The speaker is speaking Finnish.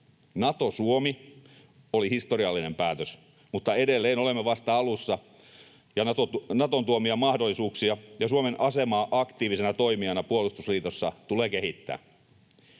Nato-Suomi oli historiallinen päätös, mutta edelleen olemme vasta alussa, ja Naton tuomia mahdollisuuksia ja Suomen asemaa aktiivisena toimijana puolustusliitossa tulee kehittää.